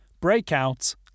Breakout